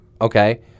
okay